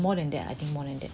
more than that 他讲 more than that